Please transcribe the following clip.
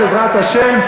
בעזרת השם,